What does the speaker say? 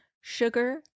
sugar